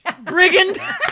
brigand